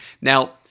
Now